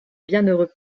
bienheureux